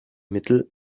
mittel